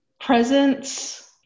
Presence